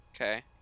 Okay